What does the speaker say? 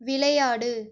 விளையாடு